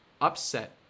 upset